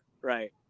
Right